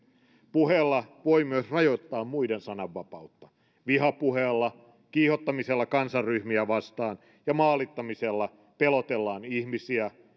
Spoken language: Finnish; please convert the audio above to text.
puheella voi myös rajoittaa muiden sananvapautta vihapuheella kiihottamisella kansanryhmiä vastaan ja maalittamisella pelotellaan ihmisiä ja